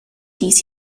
dies